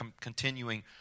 continuing